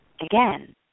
Again